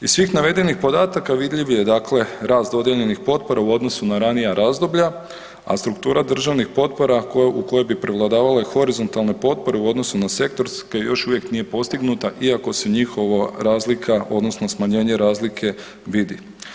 Iz svih navedenih podataka vidljiv je dakle rast dodijeljenih potpora u odnosu na ranija razdoblja, a struktura državnih potpora u koje bi prevladavale horizontalne potpore u odnosu na sektorske još uvijek nije postignuta iako se njihova razlika odnosno smanjenje razlike vidi.